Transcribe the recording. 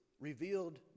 revealed